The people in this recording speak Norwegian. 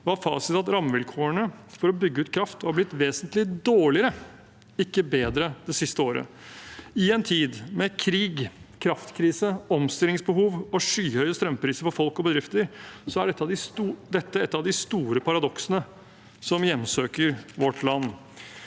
var fasiten at rammevilkårene for å bygge ut kraft var blitt vesentlig dårligere, ikke bedre, det siste året. I en tid med krig, kraftkrise, omstillingsbehov og skyhøye strømpriser for folk og bedrifter er dette et av de store paradoksene som hjemsøker vårt land.